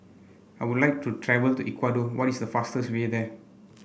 I would like to travel to Ecuador what is the fastest way there